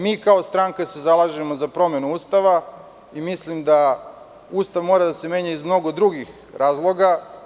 Mi, kao stranka, zalažemo se za promenu Ustava i mislim da Ustav mora da se menja iz mnogo drugih razloga.